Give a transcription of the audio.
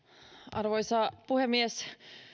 arvoisa puhemies